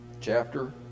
Chapter